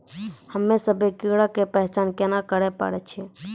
हम्मे सभ्भे कीड़ा के पहचान केना करे पाड़ै छियै?